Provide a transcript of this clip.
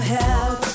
help